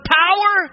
power